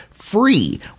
Free